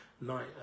night